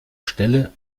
stelle